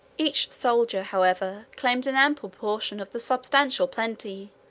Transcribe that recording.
each soldier, however, claimed an ample portion of the substantial plenty,